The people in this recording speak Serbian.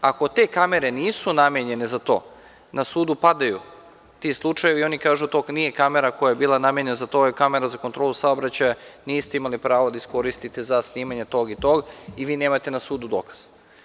Ako te kamere nisu namenjene za to, na sudu padaju ti slučajevi i oni kažu - to nije kamera koja je bila namenjena za to, ovo je kamera za kontrolu saobraćaja, niste imali pravo da je iskoristite za snimanje tog i tog i vi na sudu nemate dokaz.